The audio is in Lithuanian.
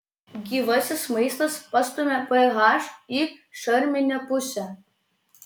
gyvasis maistas pastumia ph į šarminę pusę